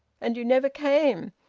and you never came.